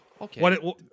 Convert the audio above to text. Okay